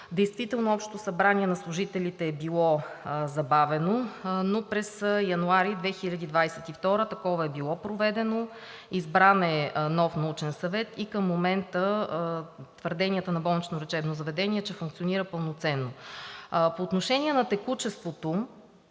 Действително Общото събрание на служителите е било забавено, но през януари 2022 г. такова е било проведено. Избран е нов Научен съвет. Към момента твърденията на болничното лечебно заведение са, че функционира пълноценно. По отношение на текучеството